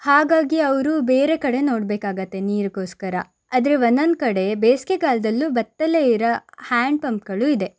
ಹಾಗಾಗಿ ಅವರು ಬೇರೆ ಕಡೆ ನೋಡಬೇಕಾಗತ್ತೆ ನೀರಿಗೋಸ್ಕರ ಆದರೆ ಒಂದೊಂದು ಕಡೆ ಬೇಸಿಗೆಗಾಲ್ದಲ್ಲೂ ಬತ್ತದಲೇ ಇರೋ ಹ್ಯಾಂಡ್ಪಂಪ್ಗಳೂ ಇದೆ